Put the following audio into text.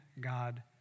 God